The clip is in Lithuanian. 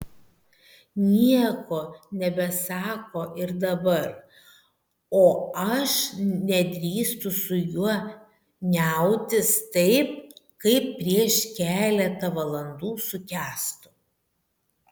nieko nebesako ir dabar o aš nedrįstu su juo niautis taip kaip prieš keletą valandų su kęstu